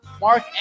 Mark